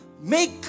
Make